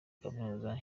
kaminuza